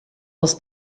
els